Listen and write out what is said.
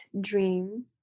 dream